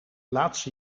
laatste